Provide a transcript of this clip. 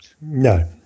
No